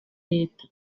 leta